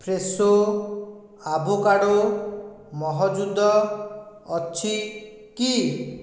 Fresho avocado ମହଜୁଦ ଅଛି କି